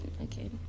okay